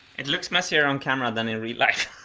it looks messier on camera than in real life.